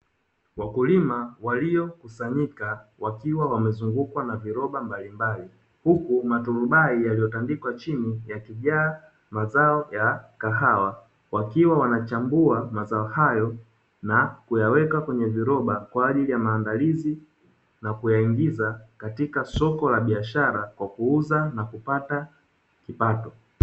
Wakulima waliyokusanyika wakiwa wamezungukwa na viroba mbalimbali huku maturubai yaliyotandikwa chini yakijaa mazao ya kahawa, wakiwa wanachambua mazao hayo na kuyaweka kwenye viroba kwa ajili ya maandalizi na kuyaingiza katika soko la biashara kwa kuuza na kupata kipato.